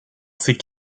ces